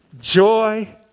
joy